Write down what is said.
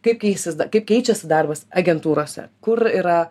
kaip keisis da kaip keičiasi darbas agentūrose kur yra